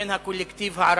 לבין הקולקטיב הערבי,